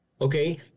Okay